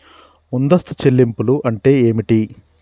ముందస్తు చెల్లింపులు అంటే ఏమిటి?